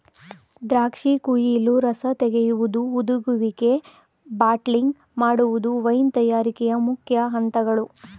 ದ್ರಾಕ್ಷಿ ಕುಯಿಲು, ರಸ ತೆಗೆಯುವುದು, ಹುದುಗುವಿಕೆ, ಬಾಟ್ಲಿಂಗ್ ಮಾಡುವುದು ವೈನ್ ತಯಾರಿಕೆಯ ಮುಖ್ಯ ಅಂತಗಳು